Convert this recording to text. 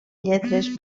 lletres